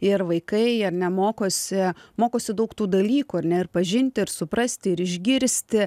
ir vaikai ar ne mokosi mokosi daug tų dalykų ar ne ir pažinti ir suprasti ir išgirsti